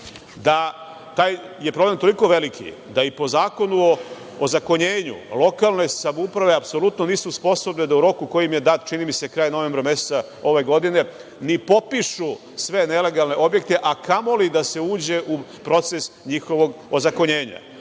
taj problem toliko veliki da i po Zakonu o ozakonjenju lokalne samouprave apsolutno nisu sposobne da u roku koji im je dat, čini mi se kraj novembra ove godine, ni popišu nelegalne objekte, a kamoli da se uđe u proces njihovog ozakonjenja.